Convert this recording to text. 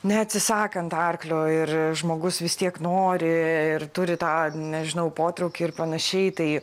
neatsisakant arklio ir žmogus vis tiek nori ir turi tą nežinau potraukį ir panašiai tai